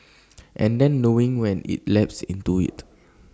and then knowing when IT lapse into IT